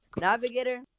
Navigator